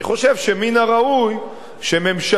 אני חושב שמן הראוי שממשלה,